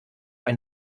ein